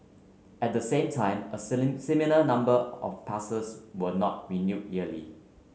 at the same time a similar number of passes were not renewed yearly